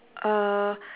uh